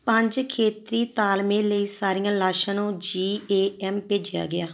ਪੰਜ ਖੇਤਰੀ ਤਾਲਮੇਲ ਲਈ ਸਾਰੀਆਂ ਲਾਸ਼ਾਂ ਨੂੰ ਜੀ ਏ ਐੱਮ ਭੇਜਿਆ ਗਿਆ